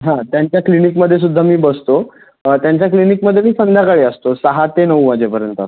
हां त्यांच्या क्लिनिकमध्ये सुद्धा मी बसतो त्यांच्या क्लिनिकमध्ये मी संध्याकाळी असतो सहा ते नऊ वाजेपर्यंत